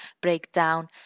breakdown